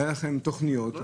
היו תכניות.